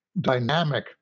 dynamic